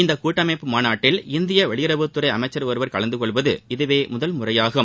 இந்த கூட்டமைப்பு மாநாட்டில் இந்திய வெளியுறவுத்துறை அமைச்சர் ஒருவர் கலந்தகொள்வது இதுவே முதல் முறையாகும்